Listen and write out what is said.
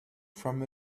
from